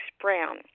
Brown